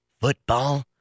Football